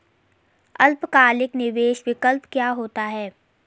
अल्पकालिक निवेश विकल्प क्या होता है?